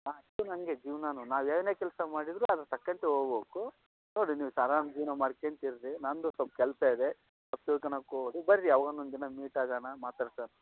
ಹಾಂ ಇದನ್ನು ಹಂಗೆ ಜೀವನಾನು ನಾವು ಏನೇ ಕೆಲಸ ಮಾಡಿದರೂ ಅದ್ರ ತಕ್ಕಂತೆ ಹೋಗ್ಬೇಕು ನೋಡಿ ನೀವು ಸಾಧಾರ್ಣ ಜೀವನ ಮಾಡ್ಕೋತಿರ್ರೀ ನನ್ನದು ಸ್ವಲ್ಪ ಕೆಲಸ ಇದೆ ತಪ್ಪು ತಿಳ್ಕಳಾಕ್ ಹೋಗ್ಬೇಡಿ ಬನ್ರಿ ಯಾವಾಗನ ಒಂದು ದಿನ ಮೀಟ್ ಆಗೋಣ ಮಾತಾಡ್ಸೋಣ